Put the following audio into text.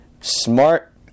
smart